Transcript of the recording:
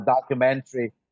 documentary